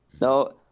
No